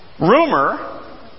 rumor